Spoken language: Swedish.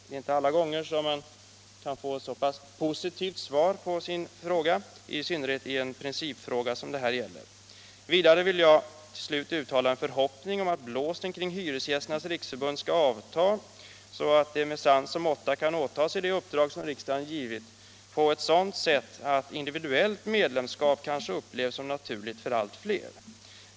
Det är inte alla gånger som man kan få ett så pass positivt svar på en fråga, i synnerhet inte när det gäller en principfråga som denna. Vidare vill jag uttala en förhoppning att blåsten kring Hyresgästernas riksförbund skall avta, så att förbundet med sans och måtta kan fullgöra det uppdrag som riksdagen givit på ett sådant sätt att individuellt medlemskap kanske upplevs som naturligt för allt fler.